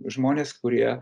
žmonės kurie